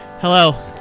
Hello